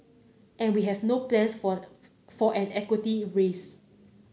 and we have no plans for for an equity raise